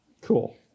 cool